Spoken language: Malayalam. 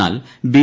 എന്നാൽ ബി